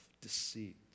Deceit